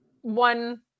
one